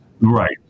right